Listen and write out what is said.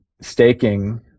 staking